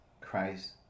Christ